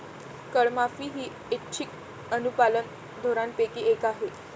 करमाफी ही ऐच्छिक अनुपालन धोरणांपैकी एक आहे